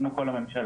כמו כל הממשלה.